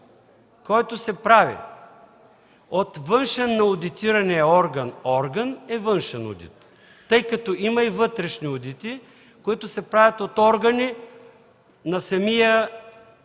който се прави от външен на одитирания орган орган е външен одит, тъй като има и вътрешни одити, които се правят от органи на самия